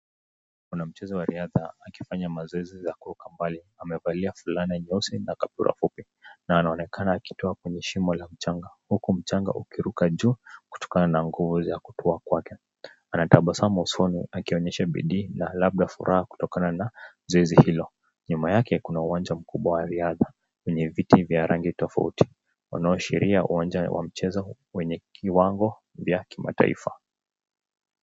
Kuna mchezo wa riadha akifanya mazoezi ya kuruka mbali. Amevalia fulana nyeusi na kaptura fupi na anaonekana akitoka kwenye shimo la mchanga, huku mchanga ukiruka juu, kutokana na nguvu ya kutua kwake. Anatabasamu usoni akionyesha bidii na labda furaha kutokana na zoezi hilo. Nyuma yake, kuna uwanja mkubwa wa riadha, yenye viti vya rangi tofauti. Unaoashiria uwanja wa michezo wenye kiwango vya kimataifa.